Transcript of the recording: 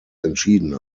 entschieden